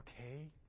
okay